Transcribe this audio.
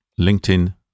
LinkedIn